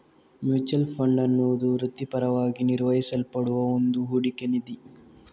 mutual fund ಅನ್ನುದು ವೃತ್ತಿಪರವಾಗಿ ನಿರ್ವಹಿಸಲ್ಪಡುವ ಒಂದು ಹೂಡಿಕೆ ನಿಧಿ